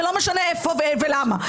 ולא משנה איפה ולמה.